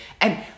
and-